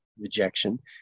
rejection